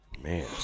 Man